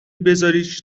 بزاریش